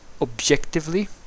objectively